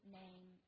name